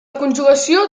conjugació